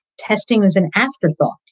testing as an afterthought.